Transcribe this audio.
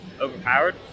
overpowered